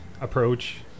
approach